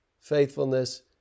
faithfulness